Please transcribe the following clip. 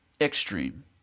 extreme